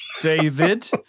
david